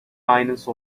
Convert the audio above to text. aynısı